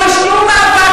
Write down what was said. את צבועה,